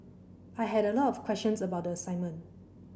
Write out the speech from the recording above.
I had a lot of questions about the assignment